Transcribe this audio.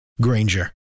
Granger